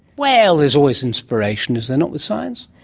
well, there's always inspiration, is there not, with science?